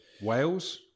Wales